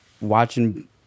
watching